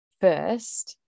first